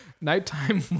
Nighttime